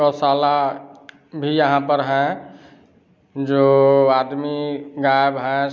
गौशाला भी यहाँ पर है जो आदमी गाय भैंस